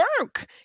work